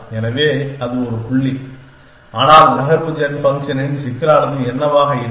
எனவே அது ஒரு புள்ளி ஆனால் நகர்வு ஜென் ஃபங்க்ஷனின் சிக்கலானது என்னவாக இருக்கும்